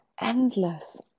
endless